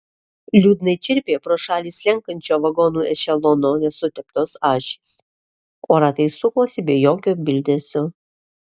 liūdnai čirpė pro šalį slenkančio vagonų ešelono nesuteptos ašys o ratai sukosi be jokio bildesio